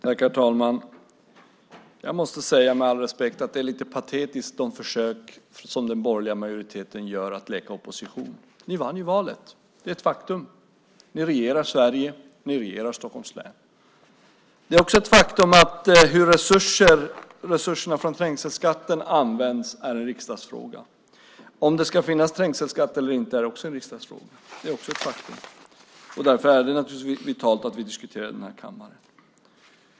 Herr talman! Jag måste säga, med all respekt, att det är lite patetiskt med de försök som den borgerliga majoriteten gör att leka opposition. Ni vann ju valet. Det är ett faktum. Ni regerar Sverige. Ni regerar Stockholms län. Det är också ett faktum att det är en riksdagsfråga hur resurserna från trängselskatterna används. Om det ska finans trängselskatt eller inte är också en riksdagsfråga. Det är också ett faktum. Därför är det naturligtvis vitalt att vi diskuterar detta i den här kammaren.